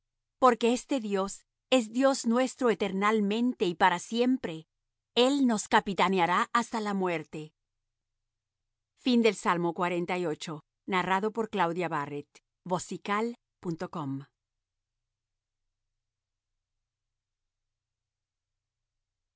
porque este dios es dios nuestro eternalmente y para siempre el nos capitaneará hasta la muerte al